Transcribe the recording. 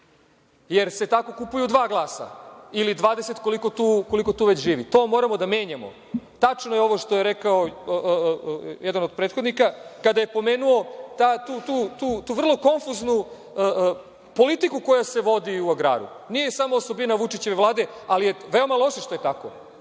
jer se tako kupuju dva glasa ili 20, koliko tu već živi. To moramo da menjamo. Tačno je ovo što je rekao jedan od prethodnika kada je pomenuo tu vrlo konfuznu politiku koja se vodi u agraru. Nije samo osobina Vučićeve Vlade, ali je veoma loše što je tako